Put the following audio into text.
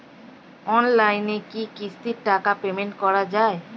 অনলাইনে কি কিস্তির টাকা পেমেন্ট করা যায়?